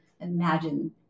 imagine